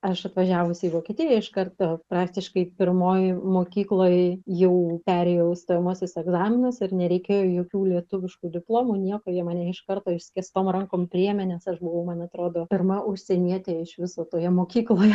aš atvažiavusi į vokietiją iš karto praktiškai pirmojoj mokykloj jau perėjau stojamuosius egzaminus ir nereikėjo jokių lietuviškų diplomų nieko jie mane iš karto išskėstom rankom priėmė nes aš buvau man atrodo pirma užsienietė iš viso toje mokykloje